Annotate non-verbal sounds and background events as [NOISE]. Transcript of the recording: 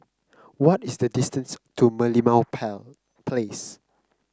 what is the distance to Merlimau [UNINTELLIGIBLE] Place